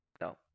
No